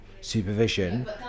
supervision